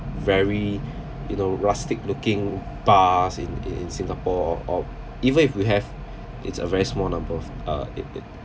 very you know rustic looking bars in in in singapore or or even if we have it's a very small number of uh it it